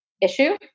issue